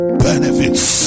benefits